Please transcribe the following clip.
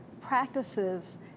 practices